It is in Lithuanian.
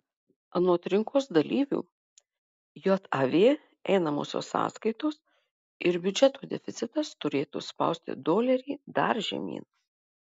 anot rinkos dalyvių jav einamosios sąskaitos ir biudžeto deficitas turėtų spausti dolerį dar žemyn